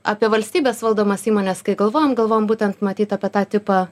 apie valstybės valdomas įmones kai galvojam galvojam būtent matyt apie tą tipą